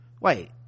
wait